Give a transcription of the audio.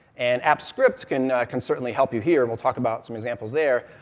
and apps script can can certainly help you here, and we'll talk about some examples there,